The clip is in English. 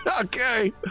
Okay